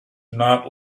not